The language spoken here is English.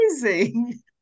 amazing